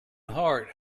heart